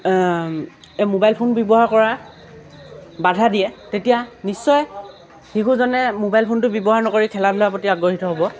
এই mobile phone ব্যৱহাৰ কৰা বাধা দিয়ে তেতিয়া নিশ্চয় শিশুজনে মোবাইল ফোনটো ব্যৱহাৰ নকৰি খেলা ধূলাৰ প্ৰতি আগ্ৰহীত হ'ব